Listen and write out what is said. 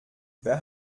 wer